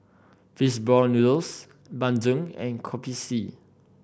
fish ball noodles bandung and Kopi C